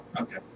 Okay